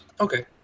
Okay